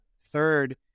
Third